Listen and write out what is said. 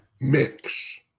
mix